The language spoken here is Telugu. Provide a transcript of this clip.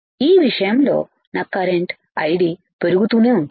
ఈ విషయంలో నా కరెంట్ IDపెరుగుతూనే ఉంటుంది